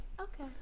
Okay